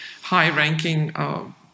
high-ranking